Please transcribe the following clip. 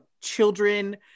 children